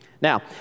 Now